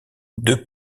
deux